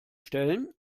stellen